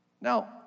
Now